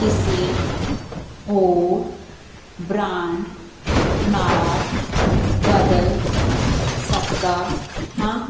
ਕਿਸੇ ਹੋਰ ਬ੍ਰਾਂਡ ਨਾਲ ਬਦਲ ਸਕਦਾ ਹਾਂ